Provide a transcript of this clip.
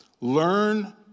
learn